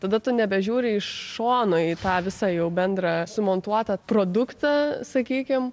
tada tu nebežiūri iš šono į tą visa jau bendrą sumontuotą produktą sakykim